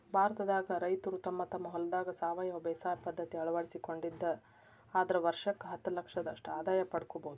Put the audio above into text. ಭಾರತದಾಗ ರೈತರು ತಮ್ಮ ತಮ್ಮ ಹೊಲದಾಗ ಸಾವಯವ ಬೇಸಾಯ ಪದ್ಧತಿ ಅಳವಡಿಸಿಕೊಂಡಿದ್ದ ಆದ್ರ ವರ್ಷಕ್ಕ ಹತ್ತಲಕ್ಷದಷ್ಟ ಆದಾಯ ಪಡ್ಕೋಬೋದು